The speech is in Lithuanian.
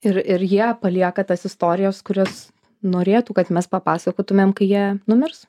ir ir jie palieka tas istorijas kurias norėtų kad mes papasakotumėm kai jie numirs